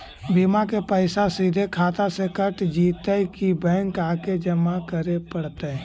बिमा के पैसा सिधे खाता से कट जितै कि बैंक आके जमा करे पड़तै?